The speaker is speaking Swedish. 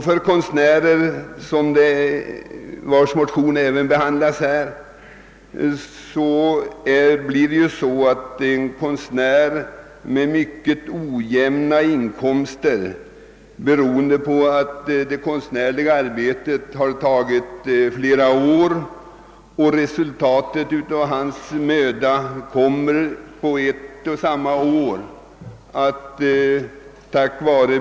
En konstnär — för att nämna ytterligare en kategori som behandlats — har också möjlighet att få skatten på sin inkomst uppdelad på flera år. Konstnärer har ju vanligen mycket ojämna inkomster, beroende på att arbetet med de konstnärliga alstren tar flera år, medan resultatet av skaparmödan redovisas ett och samma år.